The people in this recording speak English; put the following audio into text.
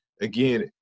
again